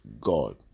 god